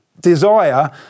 desire